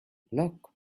look